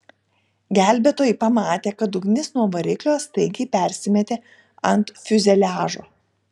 gelbėtojai pamatė kad ugnis nuo variklio staigiai persimetė ant fiuzeliažo